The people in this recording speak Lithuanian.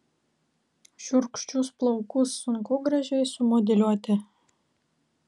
šiurkščius plaukus sunku gražiai sumodeliuoti